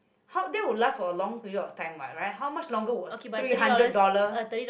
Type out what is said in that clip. how they will last for a long period of time right how much longer was three hundred dollars